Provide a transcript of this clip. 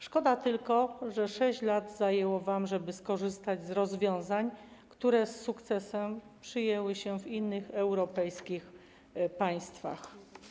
Szkoda tylko, że 6 lat zajęło wam, żeby skorzystać z rozwiązań, które z sukcesem przyjęły się w innych europejskich państwach.